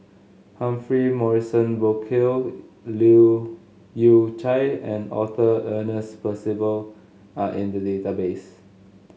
Humphrey Morrison Burkill Leu Yew Chye and Arthur Ernest Percival are in the database